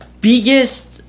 biggest